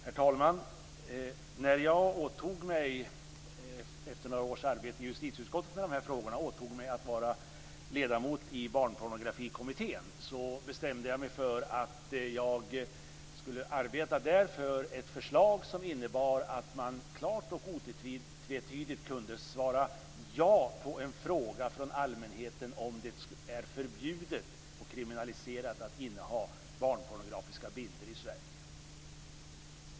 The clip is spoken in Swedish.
Herr talman! När jag efter några års arbete i justitieutskottet med dessa frågor åtog mig att bli ledamot i Barnpornografikommittén, bestämde jag mig för att där arbeta för ett förslag som innebar att jag klart och otvetydigt kunde svara ja på en fråga från allmänheten om det är förbjudet och kriminaliserat att inneha barnpornografiska bilder i Sverige.